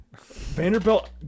Vanderbilt